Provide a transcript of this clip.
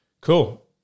Cool